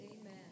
Amen